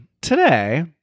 Today